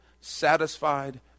satisfied